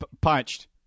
punched